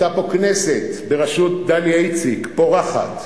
היתה פה כנסת, בראשות דליה איציק, פורחת,